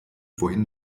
wohin